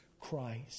Christ